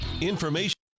Information